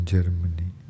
Germany